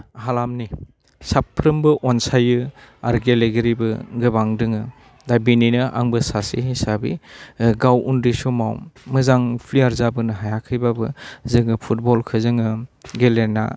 हालामनि साफ्रोमबो अनसायो आरो गेलेगिरिबो गोबां दङ दा बेनिनो आंबो सासे हिसाबै गाव उन्दै समाव मोजां प्लेयार जाबोनो हायाखैबाबो जोङो फुटबलखौ जोङो गेलेना